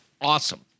awesome